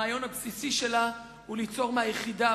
הרעיון הבסיסי שלה הוא ליצור מהיחידה,